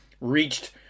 reached